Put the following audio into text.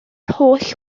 holl